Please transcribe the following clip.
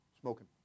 smoking